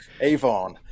Avon